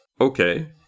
okay